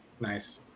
Nice